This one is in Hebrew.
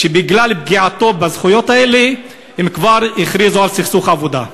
ושבגלל פגיעתו בזכויות האלה הם כבר הכריזו על סכסוך עבודה,